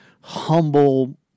humble